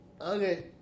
Okay